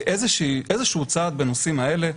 איזשהו צעד בנושאים האלה.